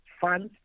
funds